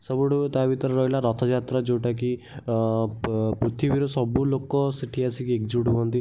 ସବୁଠୁ ତା ଭିତରେ ରହିଲା ରଥଯାତ୍ରା ଯେଉଁଟାକି ପୃଥିବୀର ସବୁଲୋକ ସେଇଠି ଆସିକି ଏକଜୁଟ ହୁଅନ୍ତି